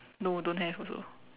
no don't have also